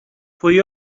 pwy